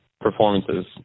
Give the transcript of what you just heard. performances